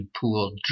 pool